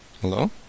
Hello